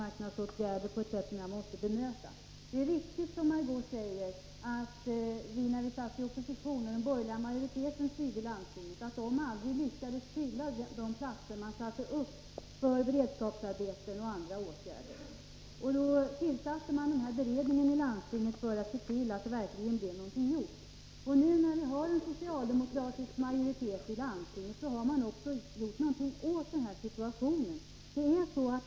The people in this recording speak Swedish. Det är riktigt som Margé Ingvardsson säger att de borgerliga när de styrde landstinget och vi satt i opposition aldrig lyckades fylla de platser man satt upp för beredskapsarbeten och andra åtgärder. Då tillsattes denna beredning i landstinget för att se till att det verkligen blev någonting gjort. När vi nu har en socialdemokratisk majoritet i landstinget har det blivit någonting gjort åt denna situation.